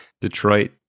Detroit